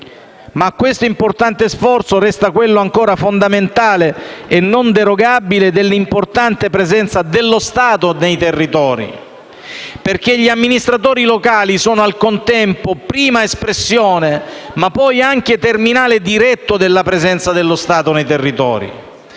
a questo importante sforzo, resta quello ancora fondamentale e non derogabile dell'importante presenza dello Stato nei territori perché gli amministratori locali sono al contempo prima espressione e poi anche terminale diretto della presenza dello Stato nei territori